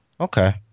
okay